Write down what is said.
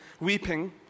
weeping